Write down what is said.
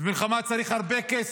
ובמלחמה צריך הרבה כסף.